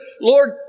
Lord